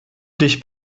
dich